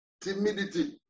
timidity